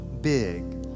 big